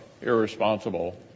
irresponsible